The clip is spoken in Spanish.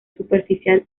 superficial